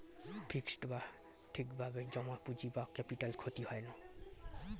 fixed বা ঠিক ভাবে জমা পুঁজি বা ক্যাপিটাল ক্ষতি হয় না